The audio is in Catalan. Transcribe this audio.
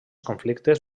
conflictes